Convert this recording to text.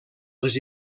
les